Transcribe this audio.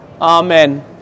Amen